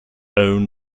own